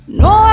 no